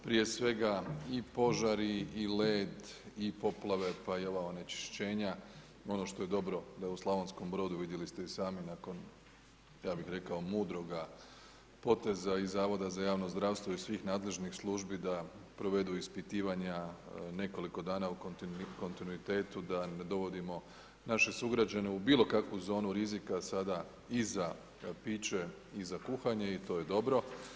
Prije svega i požari i led i poplave pa i ova onečišćenja, ono što je dobro da u Slavonskom Brodu, vidjeli ste i sami nakon, ja bih rekao mudroga poteza i Zavoda za javno zdravstvo i svih nadležnih službi da provedu ispitivanja nekoliko dana u kontinuitetu da ne dovodimo naše sugrađane u bilo kakvu zonu rizika sada i za piće i za kuhanje i to je dobro.